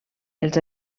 els